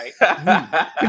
right